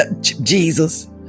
Jesus